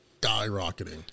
skyrocketing